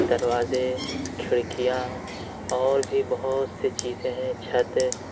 دروازے کھڑکیاں اور بھی بہت سی چیزیں ہیں چھت